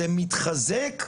זה מתחזק,